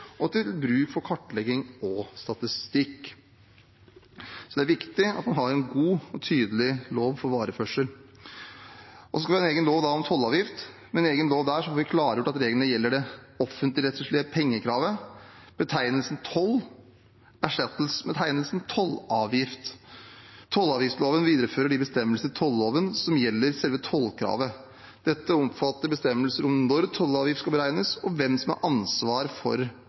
og til bruk for kartlegging og statistikk. Det er viktig at man har en god og tydelig lov for vareførsel. Så skal vi ha en egen lov om tollavgift. Med en egen lov der får vi klargjort at reglene gjelder det offentligrettslige pengekravet. Betegnelsen «toll» erstattes med betegnelsen «tollavgift». Tollavgiftsloven viderefører de bestemmelsene i tolloven som gjelder selve tollkravet. Dette omfatter bestemmelser om når tollavgift skal beregnes, og hvem som er ansvarlig for